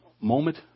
moment